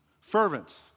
Fervent